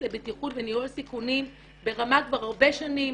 לבטיחות ולניהול סיכונים ברמה כבר הרבה שנים,